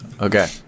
Okay